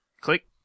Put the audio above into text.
click